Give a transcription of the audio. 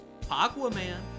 Aquaman